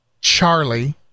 Charlie